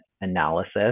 analysis